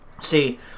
See